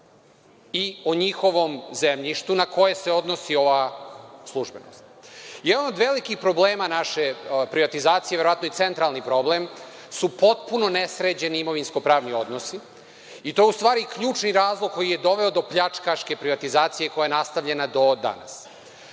i o njihovom zemljištu na koje se odnosi ova službenost. Jedan od velikih problema naše privatizacije, verovatno i centralni problem, su potpuno nesređeni imovinsko pravni odnosi, i to je u stvari ključni razlog koji je doveo do pljačkaške privatizacije koja je nastavljena do danas.